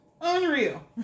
Unreal